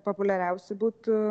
populiariausi butų